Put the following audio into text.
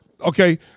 Okay